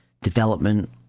development